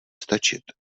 stačit